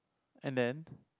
and then